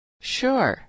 Sure